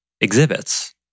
exhibits